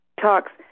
Talks